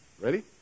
Ready